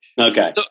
Okay